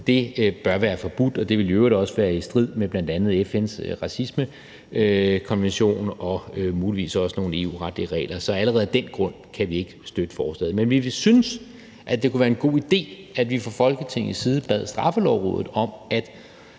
bør være forbudt, og det ville i øvrigt også være i strid med bl.a. FN's racismekonvention og muligvis også nogle EU-retlige regler. Så allerede af den grund kan vi ikke støtte forslaget. Men vi ville synes, at det kunne være en god idé, at vi fra Folketingets side bad Straffelovrådet om at